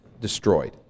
destroyed